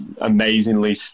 amazingly